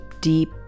deep